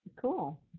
Cool